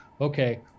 okay